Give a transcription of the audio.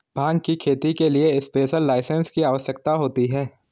भांग की खेती के लिए स्पेशल लाइसेंस की आवश्यकता होती है